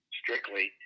strictly